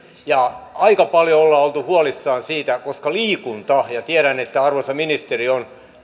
aika paljon ollaan oltu huolissaan siitä koska liikunta tiedän että arvoisa ministeri on